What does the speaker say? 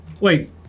Wait